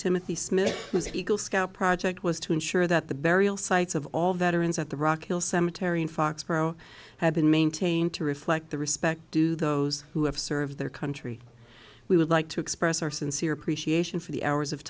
timothy smith whose eagle scout project was to ensure that the burial sites of all veterans at the rock hill cemetery in foxboro had been maintained to reflect the respect due those who have served their country we would like to express our sincere appreciation for the hours of